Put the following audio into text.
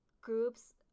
groups